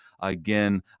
Again